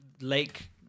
Lake